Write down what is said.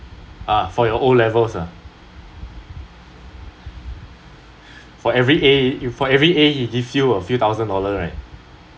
uh for your O levels ah for every A for every A he gives you a few thousand dollar right